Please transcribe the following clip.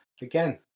Again